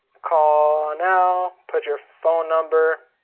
call now, put your phone number,